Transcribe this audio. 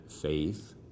faith